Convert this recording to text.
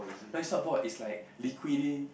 no it's not ball it's like liquidy